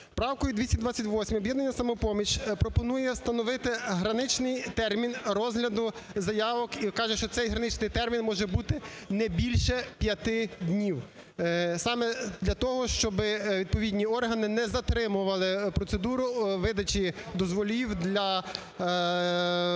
Правкою 228 "Об'єднання "Самопоміч" пропонує встановити граничний термін розгляду заявок і каже, що цей граничний термін може бути не більше 5 днів. Саме для того, щоб відповідні органи не затримували процедуру видачі дозволів для